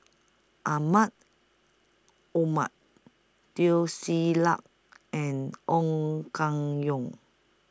Mahmud Ahmad Teo Ser Luck and Ong Keng Yong